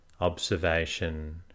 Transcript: observation